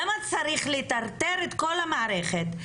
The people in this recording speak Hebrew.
למה צריך לטרטר את כל המערכת,